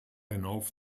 hinauf